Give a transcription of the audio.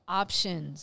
options